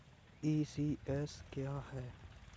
ECS क्या है?